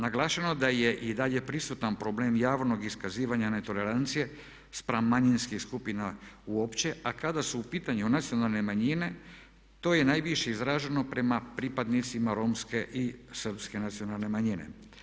Naglašeno da je i dalje prisutan problem javnog iskazivanja netolerancije spram manjinskih skupina uopće, a kada su u pitanju nacionalne manjine to je najviše izraženo prema pripadnicima romske i srpske nacionalne manjine.